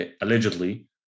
allegedly